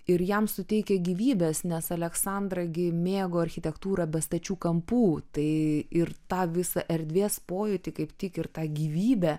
ir jam suteikia gyvybės nes aleksandra gi mėgo architektūrą be stačių kampų tai ir tą visą erdvės pojūtį kaip tik ir tą gyvybę